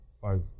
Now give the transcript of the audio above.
five